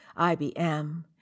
IBM